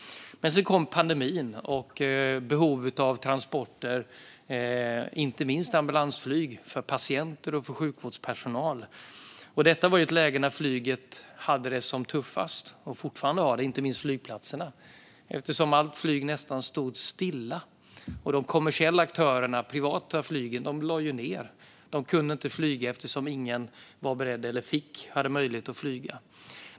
Men så kom pandemin och behovet av transporter, inte minst ambulansflyg, av patienter och sjukvårdspersonal. Detta var i ett läge när flyget hade det som tuffast. Flyget har det fortfarande tufft, och det gäller inte minst flygplatserna. Nästan allt flyg stod stilla under pandemin. De kommersiella aktörerna, de privata flygen, lade ned. De kunde inte flyga eftersom ingen fick eller hade möjlighet att flyga.